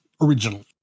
original